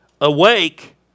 Awake